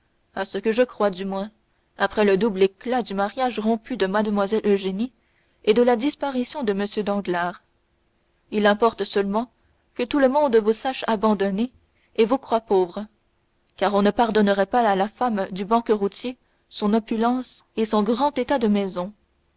à ce que je crois du moins après le double éclat du mariage rompu de mlle eugénie et de la disparition de m danglars il importe seulement que tout le monde vous sache abandonnée et vous croie pauvre car on ne pardonnerait pas à la femme du banqueroutier son opulence et son grand état de maison